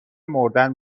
مردن